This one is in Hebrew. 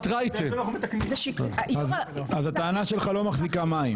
אז הטענה שלך לא מחזיקה מים.